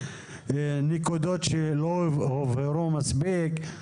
נקודות שלא הובהרו מספיק.